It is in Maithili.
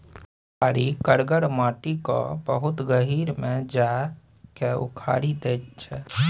फारी करगर माटि केँ बहुत गहींर मे जा कए उखारि दैत छै